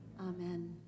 Amen